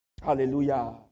Hallelujah